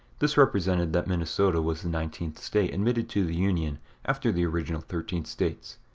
this represented that minnesota was the nineteenth state admitted to the union after the original thirteen states.